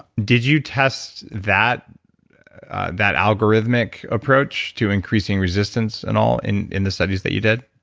did you test that that algorithmic approach to increasing resistance and all in in the studies that you did?